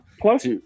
plus